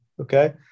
Okay